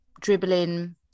dribbling